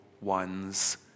ones